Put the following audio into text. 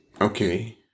okay